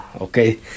Okay